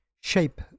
shape